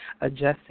adjusting